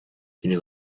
tiene